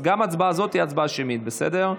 אז גם ההצבעה הזאת היא הצבעה שמית, בסדר?